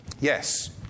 Yes